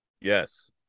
Yes